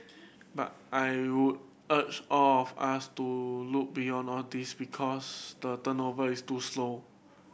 but I would urge all of us to look beyond all these because the turnover is too slow